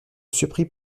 surpris